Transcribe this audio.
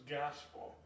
gospel